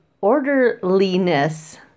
orderliness